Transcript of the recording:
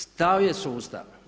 Stao je sustav.